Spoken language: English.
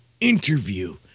interview